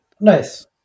nice